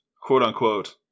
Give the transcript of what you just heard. quote-unquote